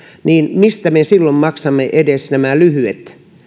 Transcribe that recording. niin mistä me silloin maksamme edes lyhyet